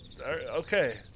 Okay